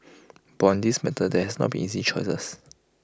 but on this matter there has not be easy choices